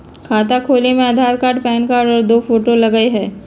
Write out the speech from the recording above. खाता खोले में आधार कार्ड और पेन कार्ड और दो फोटो लगहई?